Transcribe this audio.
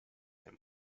him